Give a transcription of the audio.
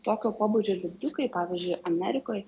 tokio pobūdžio lipdukai pavyzdžiui amerikoj